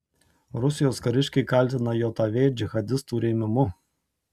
rusijos kariškiai kaltina jav džihadistų rėmimu